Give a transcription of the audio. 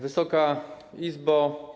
Wysoka Izbo!